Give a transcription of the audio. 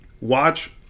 watch